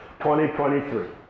2023